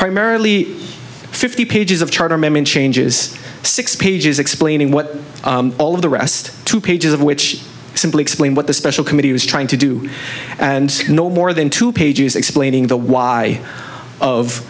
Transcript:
primarily fifty pages of charter memon changes six pages explaining what all of the rest two pages of which simply explain what the special committee was trying to do and no more than two pages explaining the why of